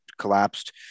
Collapsed